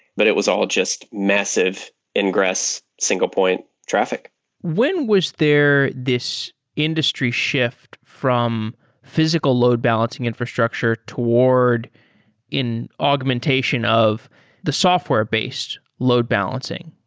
but it was all just massive ingress single point traffic when was there this industry shift from physical load balancing infrastructure toward in augmentation of the software based load balancing?